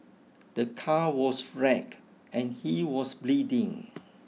the car was wrecked and he was bleeding